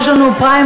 יש לנו פריימריז,